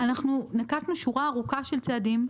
נקטנו שורה ארוכה של צעדים,